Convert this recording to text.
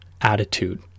attitude